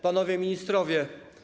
Panowie Ministrowie!